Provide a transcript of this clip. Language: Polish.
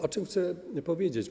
O czym chcę powiedzieć?